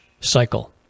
Cycle